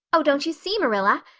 oh, don't you see, marilla?